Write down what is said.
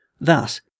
Thus